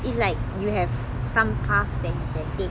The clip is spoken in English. it's like you have some path that you take